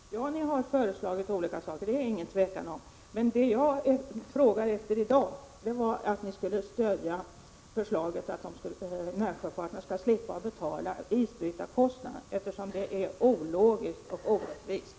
Herr talman! Ja, ni har föreslagit olika saker, det råder det inget tvivel om. Men det jag frågade efter i dag var om ni skulle stödja förslaget att närsjöfarten skall slippa betala isbrytarkostnaderna, eftersom det är ologiskt och orättvist.